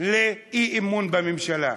לאי-אמון בממשלה.